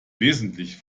wesentlich